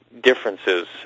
differences